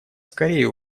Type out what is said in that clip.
скорее